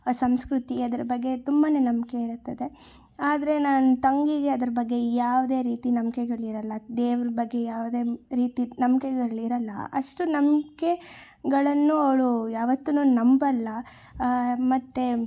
ಆ ಸಂಸ್ಕೃತಿ ಅದರ ಬಗ್ಗೆ ತುಂಬ ನಂಬಿಕೆ ಇರುತ್ತದೆ ಆದರೆ ನನ್ನ ತಂಗಿಗೆ ಅದ್ರ ಬಗ್ಗೆ ಯಾವುದೇ ರೀತಿ ನಂಬ್ಕೆಗಳು ಇರೋಲ್ಲ ದೇವ್ರ ಬಗ್ಗೆ ಯಾವ್ದೇ ರೀತಿ ನಂಬ್ಕೆಗಳು ಇರೋಲ್ಲ ಅಷ್ಟು ನಂಬಿಕೆ ಗಳನ್ನು ಅವಳು ಯಾವತ್ತೂ ನಂಬೋಲ್ಲ ಮತ್ತು